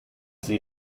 sie